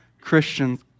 Christians